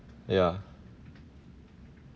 yeah